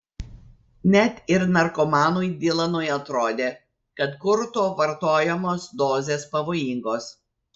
net ir narkomanui dylanui atrodė kad kurto vartojamos dozės pavojingos